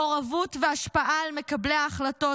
מעורבות והשפעה על מקבלי ההחלטות,